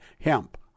hemp